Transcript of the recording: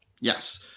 Yes